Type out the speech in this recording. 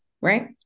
right